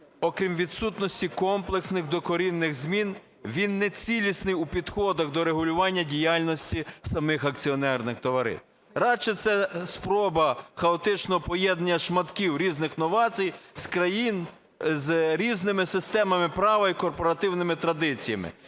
Окрім відсутності комплексних докорінних змін, він нецілісний у підходах до регулювання діяльності самих акціонерних товариств. Радше це спроба хаотичного поєднання шматків різних новацій з країн з різними системами права і корпоративними традиціями,